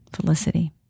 Felicity